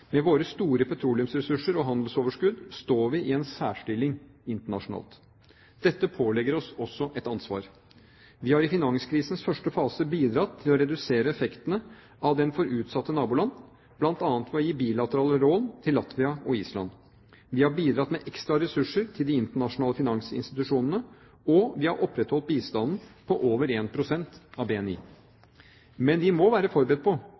Med våre store petroleumsressurser og vårt handelsoverskudd står vi i en særstilling internasjonalt. Dette pålegger oss også et ansvar. Vi har i finanskrisens første fase bidratt til å redusere effektene av den for utsatte naboland, bl.a. ved å gi bilaterale råd til Latvia og Island. Vi har bidratt med ekstra ressurser til de internasjonale finansinstitusjonene, og vi har opprettholdt bistanden på over 1 pst. av BNI. Men vi må være forberedt på